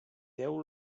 deu